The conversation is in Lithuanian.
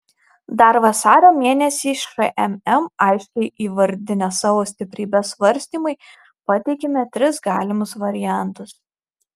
dar vasario mėnesį šmm aiškiai įvardinę savo stiprybes svarstymui pateikėme tris galimus variantus